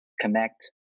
connect